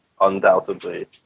undoubtedly